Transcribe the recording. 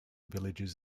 villages